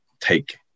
take